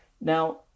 Now